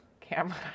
Camera